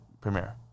Premiere